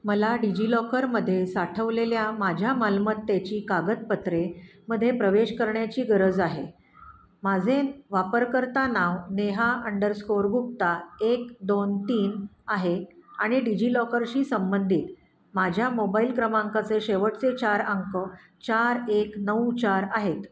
मला डिजिलॉकर मध्ये साठवलेल्या माझ्या मालमत्तेची कागदपत्रे मध्ये प्रवेश करण्याची गरज आहे माझे वापरकर्ता नाव नेहा अंडरस्कोअर गुप्ता एक दोन तीन आहे आणि डिजिलॉकरशी संबंधित माझ्या मोबाईल क्रमांकाचे शेवटचे चार अंक चार एक नऊ चार आहेत